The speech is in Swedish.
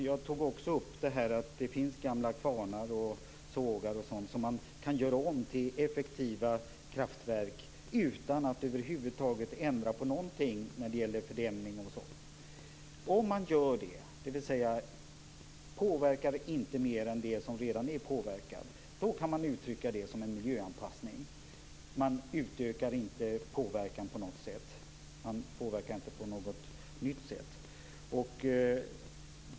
Jag tog också upp detta att det finns gamla kvarnar och sågar som man kan göra om till effektiva kraftverk utan att över huvud taget ändra på någonting när det gäller fördämning m.m. Om man inte påverkar mer än det som redan är påverkat kan man uttrycka det som en miljöanpassning. Man får alltså inte öka påverkan på något nytt sätt.